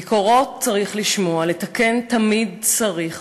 ביקורות צריך לשמוע, לתקן תמיד צריך.